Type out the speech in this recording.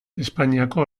espainiako